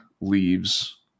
leaves